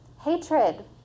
hatred